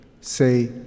say